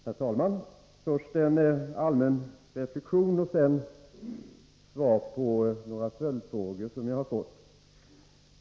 Herr talman! Jag vill först göra en allmän reflexion och sedan svara på några följdfrågor som jag har fått.